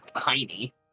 tiny